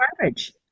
garbage